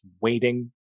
waiting